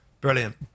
Brilliant